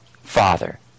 Father